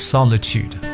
Solitude